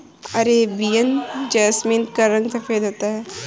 Arabian jasmine का रंग सफेद होता है